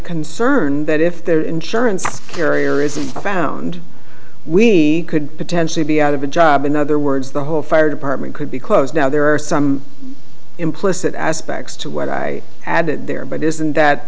concern that if the insurance carrier is found we could potentially be out of a job in other words the whole fire department could be closed now there are some implicit aspects to what i had there but isn't that